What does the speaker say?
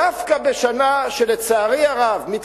דווקא בשנה שלצערי הרב יש לנו,